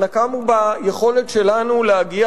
הנקם הוא ביכולת שלנו להגיע,